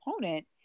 opponent